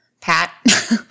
Pat